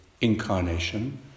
incarnation